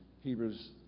Hebrews